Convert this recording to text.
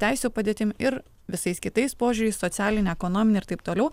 teisių padėtim ir visais kitais požiūriais socialine ekonomine ir taip toliau